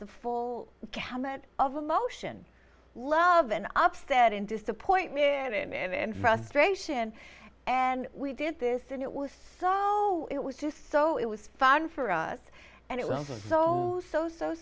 the full gamut of emotion love and upset in disappoint me and him and frustration and we did this and it was so no it was just so it was fun for us and it was so so so